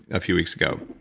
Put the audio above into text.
a few weeks ago.